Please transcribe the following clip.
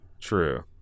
true